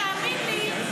תאמין לי,